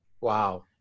Wow